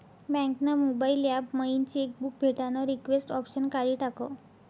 bank ना mobile app मयीन cheque book भेटानं रिक्वेस्ट ऑप्शन काढी टाकं